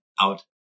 out